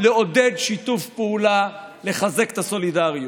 לעודד שיתוף פעולה ולחזק את הסולידריות.